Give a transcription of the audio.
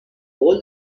قول